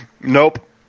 Nope